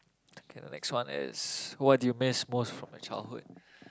K the next one is what do you miss most from your childhood